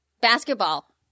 Basketball